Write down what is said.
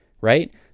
right